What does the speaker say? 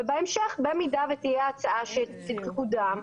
ובהמשך במידה ותהיה הצעה שתקודם,